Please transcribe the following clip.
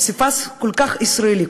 פסיפס כל כך ישראלי,